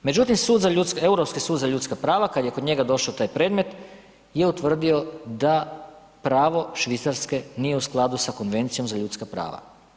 Međutim Europski sud za ljudska prava kad je kod njega dopao taj predmet je utvrdio da pravo Švicarske nije u skladu sa Konvencijom za ljudska prava.